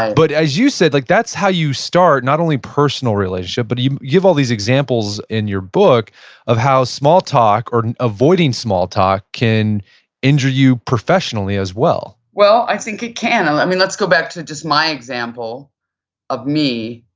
and but as you said, like that's how you start not only personal relationships, but you give all these examples in your book of how small talk or avoiding small talk can injure you professionally as well well, i think it can. um let's go back to just my example of me.